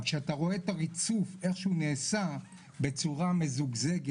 אז כשאתה רוצה את הריצוף איך שהוא נעשה בצורה מזוגזגת,